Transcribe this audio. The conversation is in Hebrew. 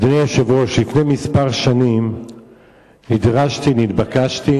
אדוני היושב-ראש, לפני כמה שנים נדרשתי, נתבקשתי